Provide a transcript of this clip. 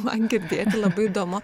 man girdėti labai įdomu